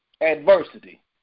adversity